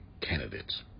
candidates